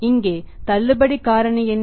இங்கே தள்ளுபடி காரணி என்ன